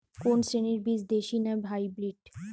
কোন শ্রেণীর বীজ দেশী না হাইব্রিড?